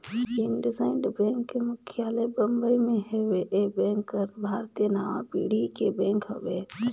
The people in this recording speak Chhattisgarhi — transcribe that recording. इंडसइंड बेंक के मुख्यालय बंबई मे हेवे, ये बेंक हर भारतीय नांवा पीढ़ी के बेंक हवे